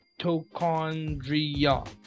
mitochondria